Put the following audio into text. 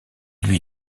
lui